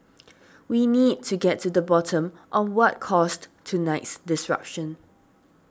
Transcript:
we need to get to the bottom of what caused tonight's disruption